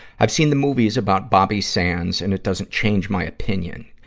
i've seen the movies about bobby sands, and it doesn't change my opinion.